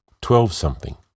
Twelve-something